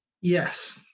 Yes